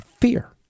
fear